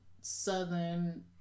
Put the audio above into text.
southern